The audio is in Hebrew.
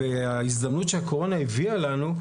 וההזדמנות שהקורונה הביאה לנו,